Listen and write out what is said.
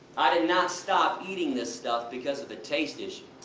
i did not stop eating this stuff because of a taste issue.